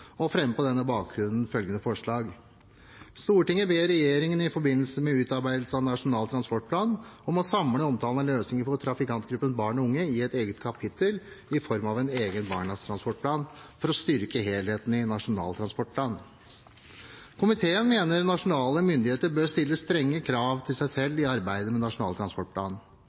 og fremmer på denne bakgrunn følgende forslag: «Stortinget ber regjeringen i forbindelse med utarbeidelse av Nasjonal transportplan om å samle omtalen av løsninger for trafikantgruppen barn og unge i et eget kapittel i form av en egen Barnas transportplan for å styrke helheten i Nasjonal transportplan.» Komiteen mener nasjonale myndigheter bør stille strenge krav til seg selv i arbeidet med Nasjonal transportplan.